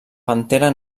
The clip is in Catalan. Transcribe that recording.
pantera